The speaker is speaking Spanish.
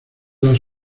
las